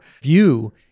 view